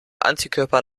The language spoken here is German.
antikörper